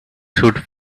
should